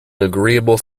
agreeable